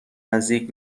نزدیک